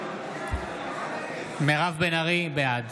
בעד